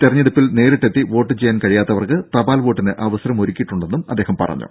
തെരഞ്ഞെടുപ്പിൽ നേരിട്ട് എത്തി വോട്ട് ചെയ്യാൻ കഴിയാത്തവർക്ക് തപാൽ വോട്ടിന് അവസരം ഒരുക്കിയിട്ടുണ്ടെന്നും അദ്ദേഹം പറഞ്ഞു